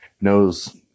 knows